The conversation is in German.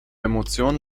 emotionen